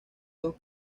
dos